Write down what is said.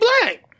black